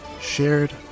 shared